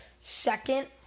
Second